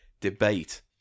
debate